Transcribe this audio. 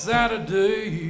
Saturday